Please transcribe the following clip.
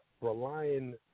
relying